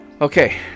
Okay